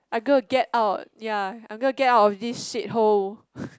I gonna get out ya I'm gonna get out of this shit hole